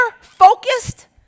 focused